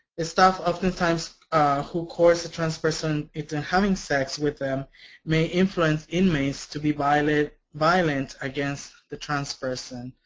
the staff oftentimes who coerce a trans person into and having sex with them may influence inmates to be violent violent against the trans person,